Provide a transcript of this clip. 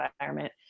environment